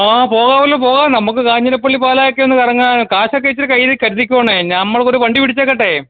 ആ പോകാവല്ലോ പോകാം നമുക്ക് കാഞ്ഞിരപ്പള്ളി പാലായൊക്കെ ഒന്ന് കറങ്ങാം കാശൊക്കെ ഇച്ചിരെ കയ്യിൽ കരുതിക്കോണെ നമ്മൾ ഒരു വണ്ടി പിടിച്ചേക്കട്ടെ